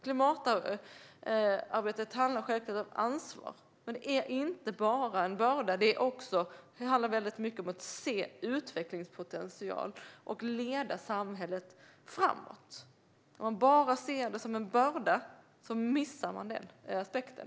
Klimatarbetet handlar självklart om ansvar, men det är inte bara en börda. Det handlar också väldigt mycket om att se utvecklingspotential och leda samhället framåt. Om man bara ser det som en börda missar man den aspekten.